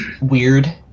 weird